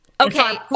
Okay